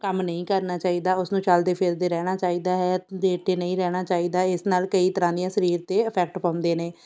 ਕੰਮ ਨਹੀਂ ਕਰਨਾ ਚਾਹੀਦਾ ਉਸ ਨੂੰ ਚੱਲਦੇ ਫਿਰਦੇ ਰਹਿਣਾ ਚਾਹੀਦਾ ਹੈ ਲੇਟੇ ਨਹੀਂ ਰਹਿਣਾ ਇਸ ਨਾਲ਼ ਕਈ ਤਰ੍ਹਾਂ ਦੀਆਂ ਸਰੀਰ 'ਤੇ ਈਫੈਕਟ ਪਾਉਂਦੇ ਨੇ